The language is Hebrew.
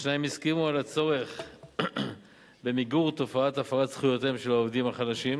השניים הסכימו על הצורך במיגור תופעת הפרת זכויותיהם של עובדים חלשים,